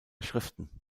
schriften